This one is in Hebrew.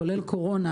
כולל קורונה,